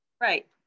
Right